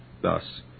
Thus